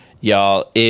y'all